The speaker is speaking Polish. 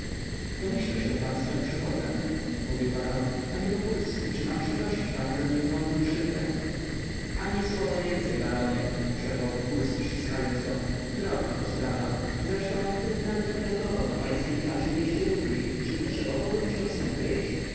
domyśla się pan z czem przychodzę mówił baron panie wokulski czy mam przeprosić pana za mimowolną krzywdę ani słowa więcej baronie przerwał wokulski ściskając go drobna to sprawa zresztą gdybym nawet utargował na pańskiej klaczy dwieście rubli czy potrzebowałbym się